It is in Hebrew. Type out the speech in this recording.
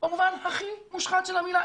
במובן הכי מושחת של המילה.